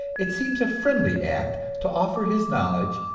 it seems a friendly act to offer his knowledge,